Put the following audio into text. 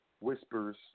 whispers